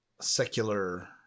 secular